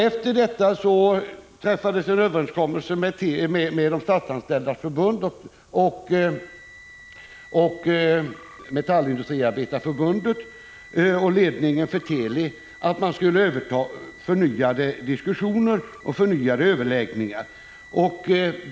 Efter detta träffades en överenskommelse mellan Statsanställdas förbund, Metallindustriarbetareförbundet och ledningen för Teli om att man skulle ta upp förnyade överläggningar.